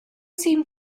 seemed